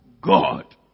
God